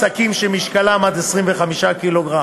שקים שמשקלם עד 25 קילוגרם,